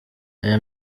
aya